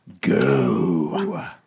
go